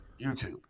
YouTube